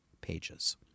pages